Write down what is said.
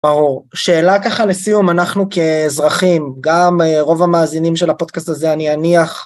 ברור, שאלה ככה לסיום, אנחנו כאזרחים, גם רוב המאזינים של הפודקאסט הזה אני אניח